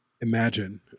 imagine